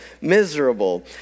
miserable